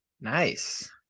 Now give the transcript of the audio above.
nice